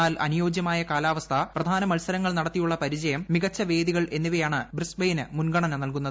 എന്നാൽ അനുയോജ്യമായ കാലാവസ്ഥ പ്രധാനമത്സരങ്ങൾ നടത്തിയുളള പരിചയം മികച്ച വേദികൾ എന്നിവയാണ് ബ്രിസ്ബെയ്നെ മുൻഗണന നല്കുന്നത്